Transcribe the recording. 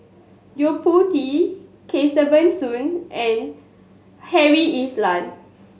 Yo Po Tee Kesavan Soon and Harry Elias